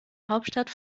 hauptstadt